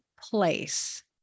place